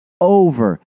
over